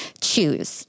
choose